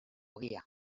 ogia